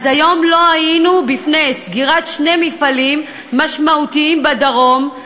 היום לא היינו בפני סגירת שני מפעלים משמעותיים בדרום,